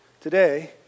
Today